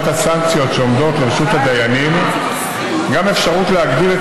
הסנקציות שעומדות לרשות הדיינים גם אפשרות להגביל את